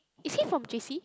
is he from J_C